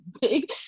big